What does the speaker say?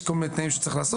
יש כל מיני תנאים שצריך לעשות.